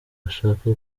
ashaka